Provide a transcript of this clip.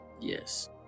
Yes